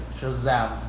shazam